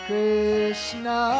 Krishna